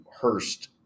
Hurst